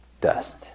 Dust